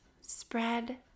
Spread